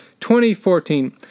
2014